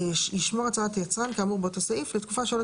ישמור הצהרת יצרן כאמור באותו סעיף לתקופה שלא